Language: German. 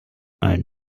ein